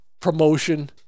promotion